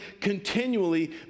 continually